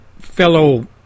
fellow